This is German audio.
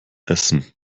essen